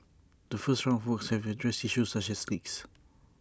the first round of works have addressed issues such as leaks